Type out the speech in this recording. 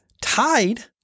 tied